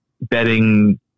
betting